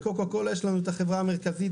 בקוקה קולה יש לנו את החברה המרכזית,